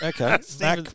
Okay